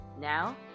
Now